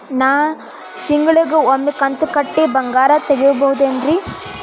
ನಾ ತಿಂಗಳಿಗ ಒಮ್ಮೆ ಕಂತ ಕಟ್ಟಿ ಬಂಗಾರ ತಗೋಬಹುದೇನ್ರಿ?